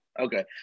Okay